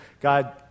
God